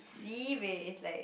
sibeh is like